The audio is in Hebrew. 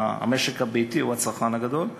אלא המשק הביתי הוא הצרכן הגדול.